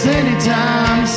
anytime